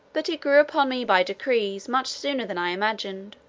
but it grew upon me by decrees, much sooner than i imagined,